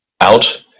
out